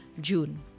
June